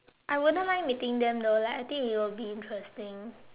I wouldn't mind meeting them though like I think it will be interesting